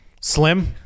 slim